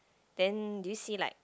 then do you see like